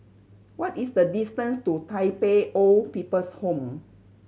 what is the distance to Tai Pei Old People's Home